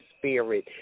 spirit